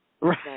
Right